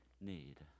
need